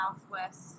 southwest